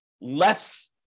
less